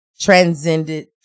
transcended